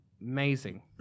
amazing